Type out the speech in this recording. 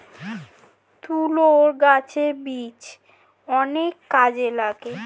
তুলো গাছের বীজ অনেক কাজে লাগে